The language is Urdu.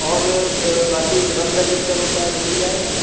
اور باقی ایک رف رجسٹر ہوتا ہے وہ مل جائے گا